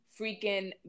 freaking